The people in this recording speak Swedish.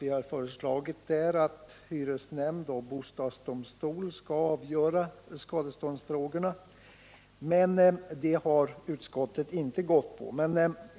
Vi har på den punkten föreslagit att hyresnämnden och bostadsdomstolen skall avgöra skadeståndsfrågorna, men utskottet har inte gått på den linjen.